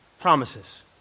promises